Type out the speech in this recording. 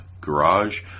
garage